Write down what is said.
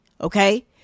Okay